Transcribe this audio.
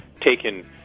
taken